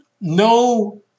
no